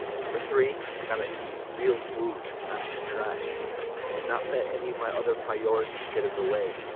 number three i got to eat real food not just trash and not let any of my other priorities get in the way.